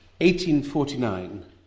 1849